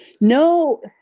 no